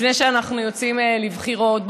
לפני שאנחנו יוצאים לבחירות,